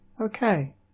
Okay